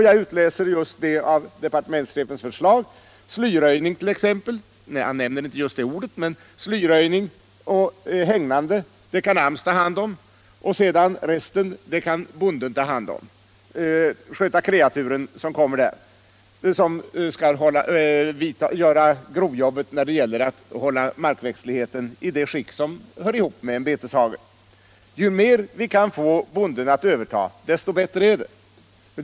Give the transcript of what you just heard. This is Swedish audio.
Jag utläser just detta ur departementschefens förslag. Slyröjning t.ex. — han nämner inte just det ordet —- och hägnande kan AMS ta hand om, och resten — dvs. att sköta de kreatur som skall göra grovjobbet att hålla markväxtligheten i det skick som hör samman med en beteshage - kan bonden ta hand om. Ju mer vi kan få bonden att överta, desto bättre är det.